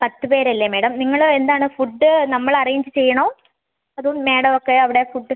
പത്ത് പേര് അല്ലേ മാഡം നിങ്ങൾ എന്താണ് ഫുഡ് നമ്മൾ അറേഞ്ച് ചെയ്യണോ അതോ മാഡം ഒക്കെ അവിടെ ഫുഡ്